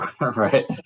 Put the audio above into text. Right